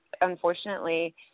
unfortunately